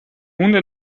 hunde